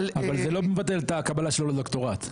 אבל זה לא מבטל את ההקבלה שלו לדוקטורט?